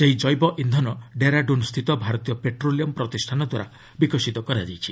ସେହି ଜେବ ଇକ୍ଷନ ଡେରାଡୁନ୍ସ୍ରିତ ଭାରତୀୟ ପେଟ୍ରୋଲିୟମ୍ ପ୍ରତିଷ୍ଠାନ ଦ୍ୱାରା ବିକଶିତ କରାଯାଇଛି